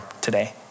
today